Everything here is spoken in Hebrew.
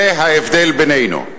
זה ההבדל בינינו.